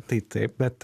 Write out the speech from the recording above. tai taip bet